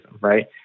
right